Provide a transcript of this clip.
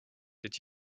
did